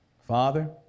Father